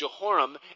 Jehoram